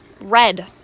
Red